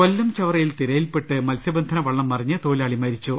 കൊല്ലം ചവറയിൽ തിരയിൽപ്പെട്ട് മത്സ്യബന്ധന വള്ളം മറിഞ്ഞ് തൊഴിലാളി മരിച്ചു